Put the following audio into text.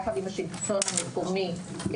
יחד עם השלטון המקומי,